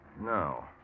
No